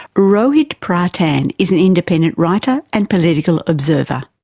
rohit pradhan is and independent writer and political observer.